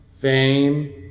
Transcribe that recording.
fame